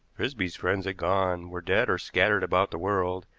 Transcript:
frisby's friends had gone, were dead or scattered about the world,